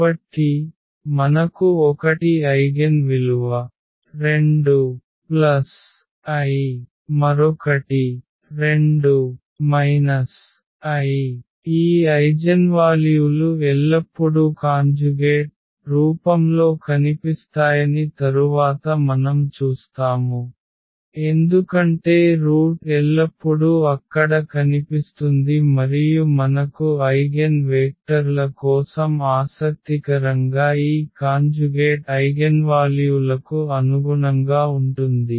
కాబట్టి మనకు 1 ఐగెన్ విలువ 2 i మరొకటి 2 i ఈ ఐజెన్వాల్యూలు ఎల్లప్పుడూ కాంజుగేట్ రూపంలో కనిపిస్తాయని తరువాత మనం చూస్తాము ఎందుకంటే రూట్ ఎల్లప్పుడూ అక్కడ కనిపిస్తుంది మరియు మనకు ఐగెన్వేక్టర్ల కోసం ఆసక్తికరంగా ఈ కాంజుగేట్ ఐగెన్వాల్యూలకు అనుగుణంగా ఉంటుంది